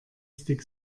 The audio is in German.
stick